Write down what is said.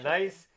Nice